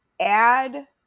add